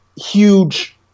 huge